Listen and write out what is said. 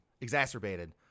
exacerbated